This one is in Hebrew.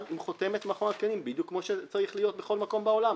בחותמת מכון התקנים כמו שצריך להיות בכל מקום בעולם.